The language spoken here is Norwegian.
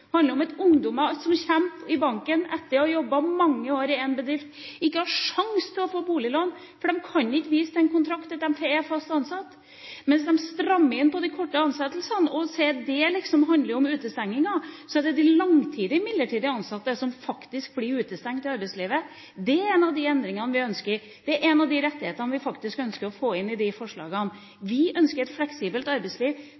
Det handler om at ungdommer som kommer i banken etter å ha jobbet mange år i en bedrift, ikke har sjanse til å få boliglån fordi de ikke kan vise til en kontrakt, til at de er fast ansatt. Mens man strammer inn på de korte ansettelsene og sier at det handler om utestenging, er det de langtidig midlertidig ansatte som faktisk blir utestengt i arbeidslivet. Det er en av de endringene vi ønsker. Det er en av de rettighetene vi faktisk ønsker med forslagene. Vi ønsker et fleksibelt arbeidsliv som henger sammen med de